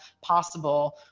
possible